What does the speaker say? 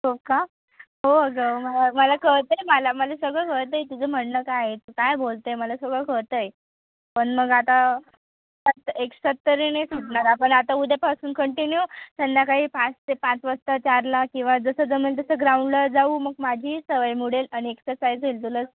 हो का हो अगं मला मला कळत आहे मला मला सगळं कळत आहे तुझं म्हणणं काय आहे ते काय बोलत आहे मला सगळं कळत आहे पण मग आता सात एकसाथ तरी नाही सुटणार आपण आता उद्यापासून कंटिन्यू संध्याकाळी पाच ते पाच वाजता चारला किंवा जसं जमेल तसं ग्राउंडला जाऊ मग माझीही सवय मोडेल आणि एक्सरसाईज होईल तुला